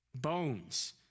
Bones